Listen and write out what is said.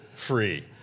Free